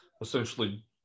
essentially